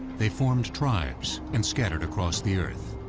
they formed tribes and scattered across the earth.